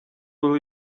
will